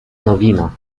nowina